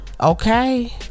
Okay